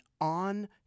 on